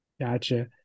gotcha